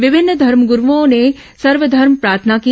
विभिन्न धर्मग्रुओं ने सर्वधर्म प्रार्थना की